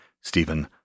Stephen